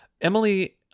Emily